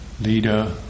leader